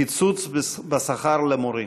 קיצץ בשכר למורים.